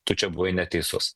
tu čia buvai neteisus